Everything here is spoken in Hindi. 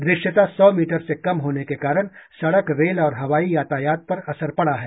दृश्यता सौ मीटर से कम होने के कारण सड़क रेल और हवाई यातायात पर असर पड़ा है